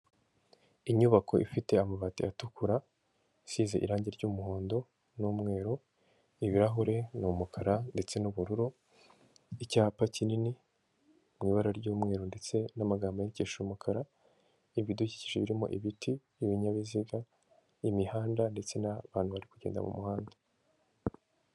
Inyubako ifite amabati atukura, isize irangi ry'umuhondo n'umweru, ibirahure ni umukara ndetse n'ubururu, icyapa kinini mu ibara ry'umweru ndetse n'amagambo yandikishije umukara. Ibidukikije birimo: ibiti, ibinyabiziga, imihanda, ndetse n'abantu bari kugenda mu muhanda.